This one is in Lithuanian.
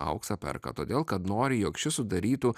auksą perka todėl kad nori jog šis sudarytų